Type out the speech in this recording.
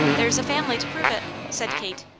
there's a family to prove it, said kate.